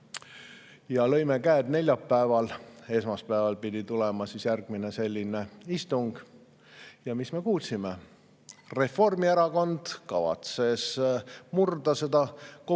Lõime käed neljapäeval. Esmaspäeval pidi tulema järgmine selline istung. Ja mis me kuulsime, Reformierakond kavatses murda seda